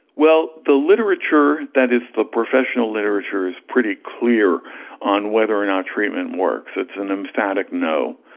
well, the literature, that is the professional literature, is pretty clear on whether or not treatment works. it's an emphatic no.